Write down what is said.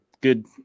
good